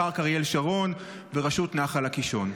פארק אריאל שרון ורשות נחל הקישון?